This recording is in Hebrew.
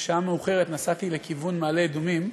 בשעה מאוחרת, נסעתי לכיוון מעלה אדומים,